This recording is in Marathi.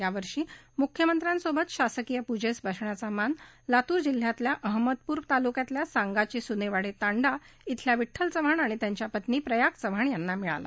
यावर्षी मुख्यमंत्र्यांसोबत शासकीय प्रजेस बसण्याचा मान लातूर जिल्ह्यातल्या अहमदपूर तालुक्यातल्या सांगाची सुनेवाडी तांडा इथल्या विठ्ठल चव्हाण आणि त्यांच्या पत्नी प्रयाग चव्हाण यांना मिळाला